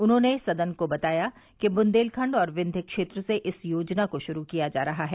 उन्होंने सदन को बताया कि बुंदेलखण्ड और विंध्य क्षेत्र से इस योजना को शुरु किया जा रहा है